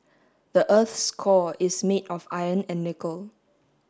the earth's core is made of iron and nickel